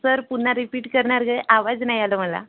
sir पुन्हा repeat करणार काय आवाज नाही आलं मला